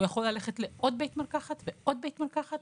הוא יכול ללכת לעוד בית מרקחת ועוד בית מרקחת,